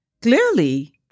Clearly